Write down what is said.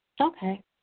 Okay